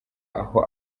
aho